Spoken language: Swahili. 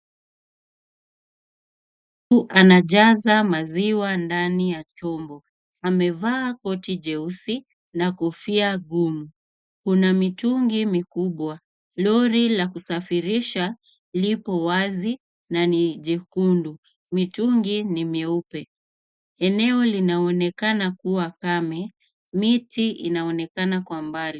Mtu anajaza maziwa ndani ya chombo. Amevaa koti jeusi, na kofia gumu. Kuna mitungi mikubwa, lori la kusafirisha lipo wazi na ni jekundu, mitungi ni mieupe. Eneo linaonekana kuwa kame, miti inaonekana kwa mbali.